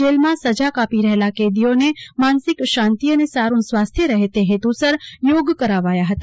જેલમાં સજા કાપી રહેલા કેદીઓને માનસિક શાંતિ અને સારૂં સ્વાસ્થ્ય રહે તે હેતુ સર યોગ કારાવાયા હતા